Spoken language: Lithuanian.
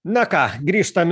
na ką grįžtam